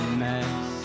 mess